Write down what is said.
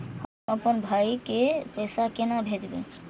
हम आपन भाई के पैसा केना भेजबे?